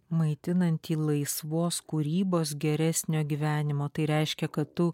maitinantį laisvos kūrybos geresnio gyvenimo tai reiškia kad tu